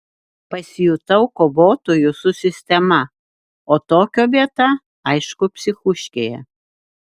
pasijutau kovotoju su sistema o tokio vieta aišku psichuškėje